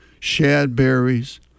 shadberries